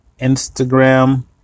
Instagram